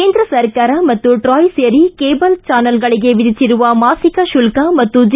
ಕೇಂದ್ರ ಸರ್ಕಾರ ಮತ್ತು ಟ್ರಾಯ್ ಸೇರಿ ಕೇಬಲ್ ಚಾನಲ್ಗಳಿಗೆ ವಿಧಿಸಿರುವ ಮಾಸಿಕ ಶುಲ್ಕ ಮತ್ತು ಜಿ